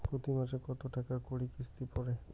প্রতি মাসে কতো টাকা করি কিস্তি পরে?